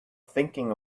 thinking